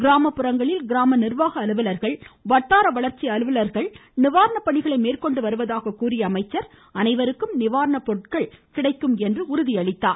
கிராம புறங்களில் கிராம நிர்வாக அலுவலர்கள் வட்டார வளர்ச்சி அலுவலர்கள் நிவாரண பணிகளை மேற்கொண்டு வருவதாக கூறிய அவர் அனைவருக்கும் நிவாரண பொருட்கள் கிடைக்கும் என்று உறுதியளித்தார்